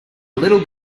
little